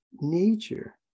nature